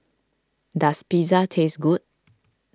does Pizza taste good